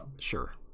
sure